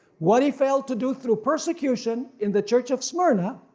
what he failed to do through persecution in the church of smyrna,